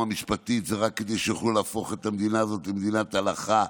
המשפטית זה רק כדי שיוכלו להפוך את המדינה הזאת למדינת הלכה.